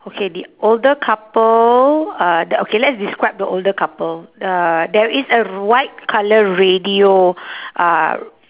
okay the older couple uh the okay let's describe the older couple uh there is a white colour radio uh